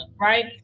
right